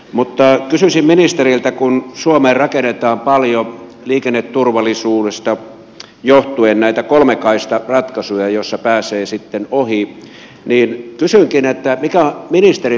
mutta kysyisin ministeriltä kun suomeen rakennetaan paljon liikenneturvallisuudesta johtuen kolmekaistaratkaisuja joissa pääsee sitten ohi mikä on ministerin mielipide